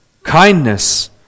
Kindness